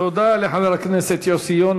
תודה לחבר הכנסת יוסי יונה.